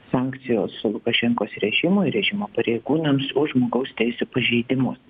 sankcijos lukašenkos režimui režimo pareigūnams už žmogaus teisių pažeidimus